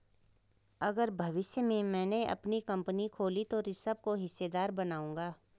अगर भविष्य में मैने अपनी कंपनी खोली तो ऋषभ को हिस्सेदार बनाऊंगा